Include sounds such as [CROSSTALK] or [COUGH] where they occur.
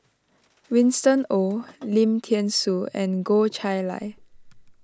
[NOISE] Winston Oh Lim thean Soo and Goh Chiew Lye